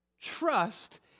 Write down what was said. trust